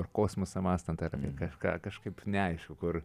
ar kosmosą mąstant ar kažką kažkaip neaišku kur